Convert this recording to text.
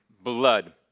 blood